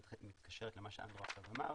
מתקשר למה שאנדרו אמר,